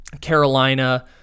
Carolina